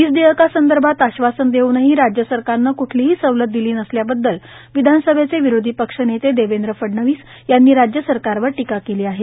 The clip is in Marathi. वीज देयकांसदंर्भात आश्वासन देऊनही राज्य सरकारनं क्ठलीही सवलत दिली नसल्याबद्दल विधानसभेचे विरोधी पक्षनेते देवेंद्र फडणवीस यांनी राज्य सरकारवर टीका केली आहे